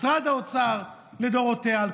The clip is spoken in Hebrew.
משרד האוצר לדורותיו,